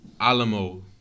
Alamo